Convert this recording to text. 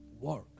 work